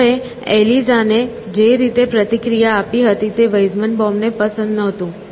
લોકોએ એલિઝાને જે રીતે પ્રતિક્રિયા આપી હતી તે વેઇઝનબમને પસંદ નહોતું